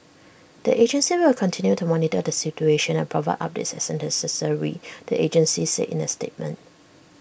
the agency will continue to monitor the situation and provide updates as necessary the agency said in A statement